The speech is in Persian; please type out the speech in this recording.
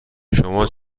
شما